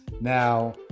now